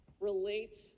relates